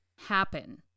happen